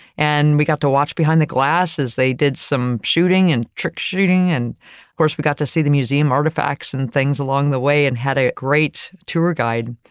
and we got to watch behind the glasses. they did some shooting and trick shooting. and of course, we got to see the museum artifacts and things along the way and had a great tour guide.